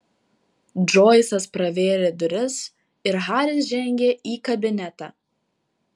džoisas pravėrė duris ir haris žengė į kabinetą